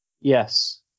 Yes